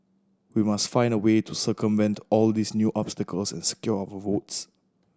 we must find a way to circumvent all these new obstacles and secure our votes